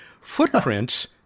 footprints